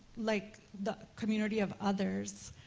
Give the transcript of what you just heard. like, the community of others,